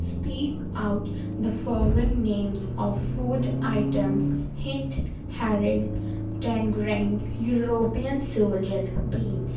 speak out the following names of food items hint herring tangerine european soldier beans